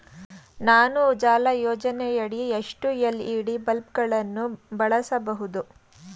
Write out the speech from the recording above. ನಾನು ಉಜಾಲ ಯೋಜನೆಯಡಿ ಎಷ್ಟು ಎಲ್.ಇ.ಡಿ ಬಲ್ಬ್ ಗಳನ್ನು ಬಳಸಬಹುದು?